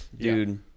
Dude